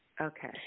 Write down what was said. okay